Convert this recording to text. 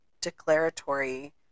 declaratory